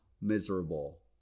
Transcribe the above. miserable